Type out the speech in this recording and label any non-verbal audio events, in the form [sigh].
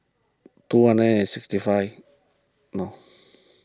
two hundred and sixty five [unintelligible]